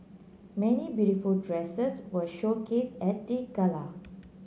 many beautiful dresses were showcased at the gala